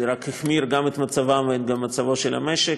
זה רק החמיר גם את מצבם וגם את מצבו של המשק.